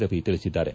ರವಿ ತಿಳಿಸಿದ್ದಾರೆ